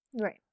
Right